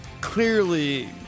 clearly